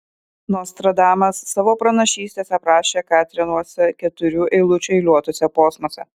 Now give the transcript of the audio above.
nostradamas savo pranašystes aprašė katrenuose keturių eilučių eiliuotuose posmuose